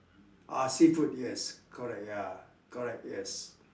ah seafood yes correct ya correct yes